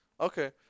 Okay